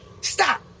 stop